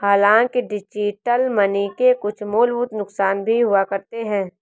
हांलाकि digital money के कुछ मूलभूत नुकसान भी हुआ करते हैं